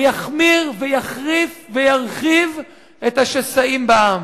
הוא יחמיר ויחריף וירחיב את השסעים בעם.